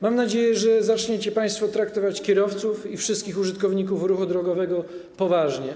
Mam nadzieję, że zaczniecie państwo traktować kierowców i wszystkich użytkowników ruchu drogowego poważnie.